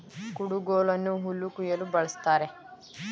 ಕುಡುಗೋಲನ್ನು ಹುಲ್ಲು ಕುಯ್ಯಲು ಬಳ್ಸತ್ತರೆ